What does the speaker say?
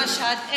לא כולם משתתפים.